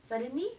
suddenly